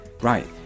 Right